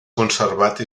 conservat